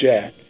Jack